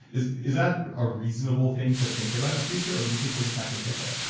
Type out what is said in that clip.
is is that a reasonable thing to think about in the future, or do you think we're just not going to get there?